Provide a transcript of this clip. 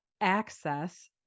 access